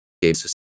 games